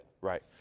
Right